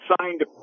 signed